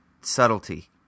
subtlety